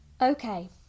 Okay